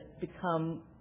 become